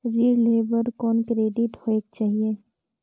ऋण लेहे बर कौन क्रेडिट होयक चाही?